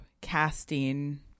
casting